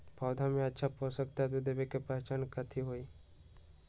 पौधा में अच्छा पोषक तत्व देवे के पहचान कथी हई?